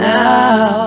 now